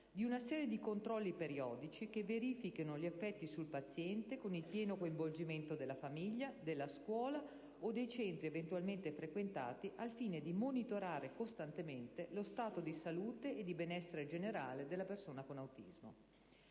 di una serie di controlli periodici che verifichino gli effetti sul paziente con il pieno coinvolgimento della famiglia, della scuola o dei centri eventualmente frequentati al fine di monitorare costantemente lo stato di salute e di benessere generale della persona con autismo.